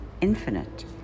infinite